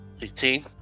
18